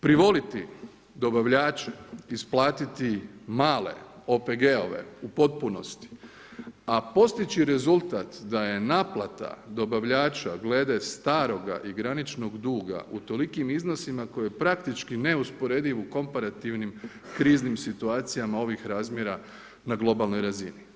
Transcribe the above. Privoliti dobavljače, isplatiti male OPG-ove u potpunosti, a postići rezultat da je naplata dobavljača glede staroga i graničnog duga u tolikim iznosima koje praktički neusporediv u komparativnim kriznim situacijama ovih razmjera na globalnoj razini.